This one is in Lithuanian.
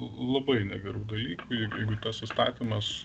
labai negerų dalykų jei jeigu tas įstatymas